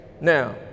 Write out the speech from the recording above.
Now